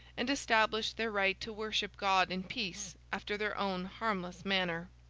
and established their right to worship god in peace after their own harmless manner.